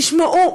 תשמעו,